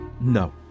No